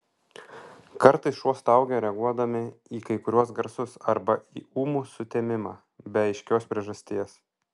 kartais šuo staugia reaguodami į kai kuriuos garsus arba į ūmų sutemimą be aiškios priežasties